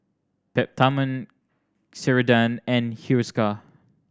Peptamen Ceradan and Hiruscar